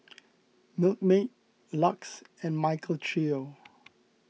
Milkmaid Lux and Michael Trio